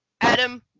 Adam